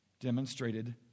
demonstrated